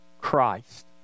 Christ